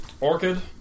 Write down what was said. Orchid